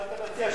מה אתה מציע,